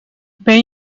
ben